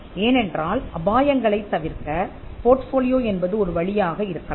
ஏனென்றால் அபாயங்களைத் தவிர்க்க போர்ட்போலியோ என்பது ஒரு வழியாக இருக்கலாம்